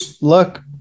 look